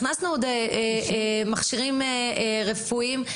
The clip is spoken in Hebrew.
הכנסנו עוד מכשירים רפואיים,